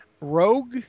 Rogue